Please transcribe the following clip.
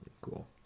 Cool